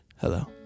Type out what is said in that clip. Hello